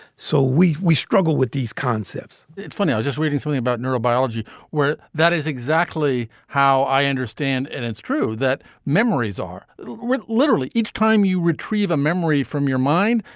so we we struggle with these concepts it's funny, i was just reading something about neurobiology where that is exactly how i understand. and it's true that memories are literally each time you retrieve a memory from your mind,